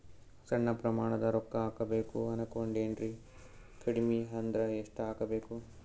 ಸಣ್ಣ ಪ್ರಮಾಣದ ರೊಕ್ಕ ಹಾಕಬೇಕು ಅನಕೊಂಡಿನ್ರಿ ಕಡಿಮಿ ಅಂದ್ರ ಎಷ್ಟ ಹಾಕಬೇಕು?